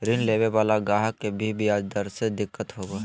ऋण लेवे वाला गाहक के भी ब्याज दर से दिक्कत होवो हय